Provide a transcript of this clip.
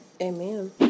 Amen